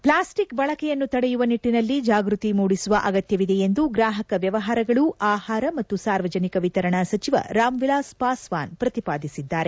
plastic ಬಳಕೆಯನ್ನು ತಡೆಯುವ ನಿಟ್ಟಿನಲ್ಲಿ ಜಾಗೃತಿ ಮೂಡಿಸುವ ಅಗತ್ಯವಿದೆ ಎಂದು ಗ್ರಾಪಕ ವ್ಯವಹಾರಗಳು ಆಹಾರ ಮತ್ತು ಸಾರ್ವಜನಿಕ ವಿತರಣಾ ಸಚಿವ ರಾಮ್ ವಿಲಾಸ್ ಪಾಸ್ವಾನ್ ಪ್ರಹಿಪಾದಿಸಿದ್ದಾರೆ